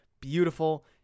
Beautiful